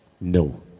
No